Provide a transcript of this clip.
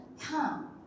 come